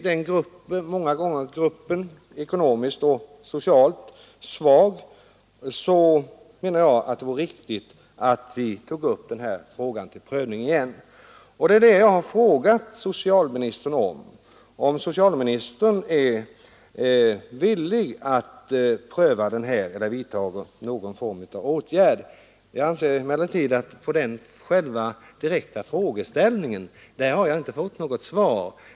Det är en många gånger ekonomiskt och socialt svag grupp som detta gäller. Därför menar jag att det vore viktigt att ta upp frågan till ny prövning. Vad jag har frågat socialministern är just, om han är villig att göra det eller att vidtaga någon annan åtgärd. På den direkta frågan har jag inte fått något svar.